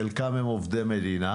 חלקם הם עובדי מדינה,